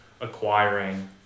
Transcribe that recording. acquiring